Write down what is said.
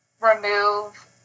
remove